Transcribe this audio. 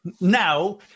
now